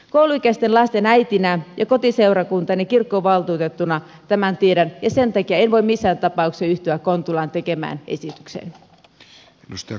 kouluikäisten lasten äitinä ja kotiseurakuntani kirkkovaltuutettuna tämän tiedän ja sen takia en voi missään tapauksessa yhtyä kontulan tekemään esitykseen